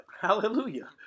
hallelujah